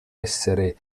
essere